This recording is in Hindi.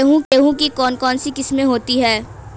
गेहूँ की कौन कौनसी किस्में होती है?